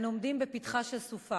אנו עומדים בפתחה של סופה.